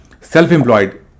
self-employed